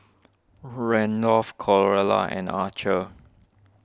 Randolph Carlotta and Archer